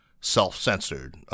self-censored